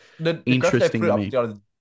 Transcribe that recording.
interesting